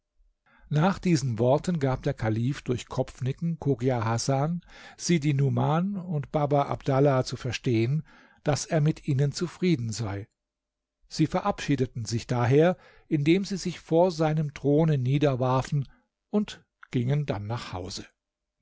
nach diesen worten gab der kalif durch kopfnicken chogia hasan sidi numan und baba abdallah zu verstehen daß er mit ihnen zufrieden sei sie verabschiedeten sich daher indem sie sich vor seinem throne niederwarfen und gingen dann nach hause